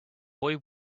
boy